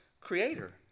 creator